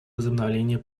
возобновления